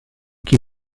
qui